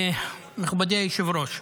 מכובדי היושב-ראש,